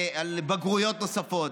על בגרויות נוספות,